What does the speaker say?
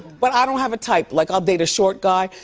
but i don't have a type. like, i'll date a short guy.